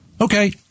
Okay